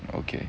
okay